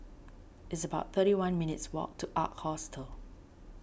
it's about thirty one minutes' walk to Ark Hostel